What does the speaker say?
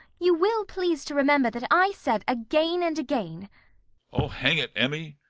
you will please to remember that i said again and again oh, hang it, emmy!